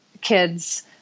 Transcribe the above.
kids